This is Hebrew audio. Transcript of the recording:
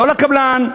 לא לקבלן,